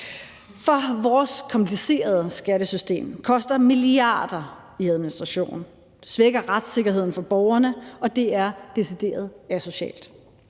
For vores komplicerede skattesystem koster milliarder af kroner i administration og svækker retssikkerheden for borgerne, og det er decideret asocialt.